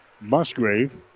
Musgrave